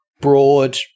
broad